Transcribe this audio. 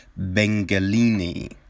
Bengalini